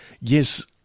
Yes